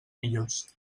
millors